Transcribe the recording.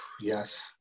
Yes